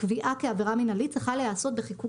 הקביעה כעבירה מנהלית צריכה להיעשות בחיקוק